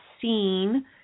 seen